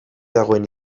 dagoen